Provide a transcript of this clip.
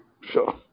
Sure